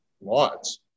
Lots